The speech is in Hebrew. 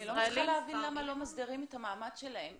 אני לא מצליחה להבין למה לא מסדירים את המעמד שלהם?